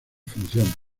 funciones